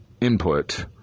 input